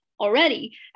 already